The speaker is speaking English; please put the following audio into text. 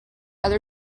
other